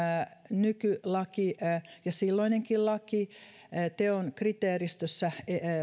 nykylaki ja silloinenkin laki edellyttää teon kriteeristössä